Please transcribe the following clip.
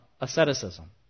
Asceticism